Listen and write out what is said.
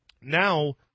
Now